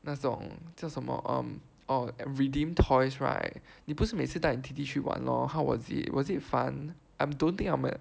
那种叫什么 um orh redeemed toys right 你不是每次带你弟弟去玩 lor how was it was it fun I dont think I am a